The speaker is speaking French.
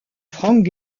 frank